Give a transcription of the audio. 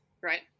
Right